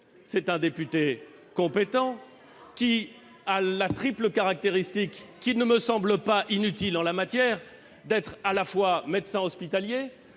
c'est un député compétent, qui a la triple caractéristique, qui ne me semble pas inutile en la matière, d'être médecin hospitalier,